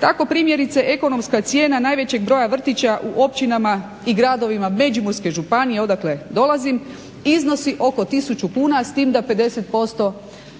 Tako primjerice ekonomska cijena najvećeg broja vrtića u općinama i gradovima Međimurske županije odakle dolazim iznosi oko tisuću kuna s tim da 50%